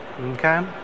Okay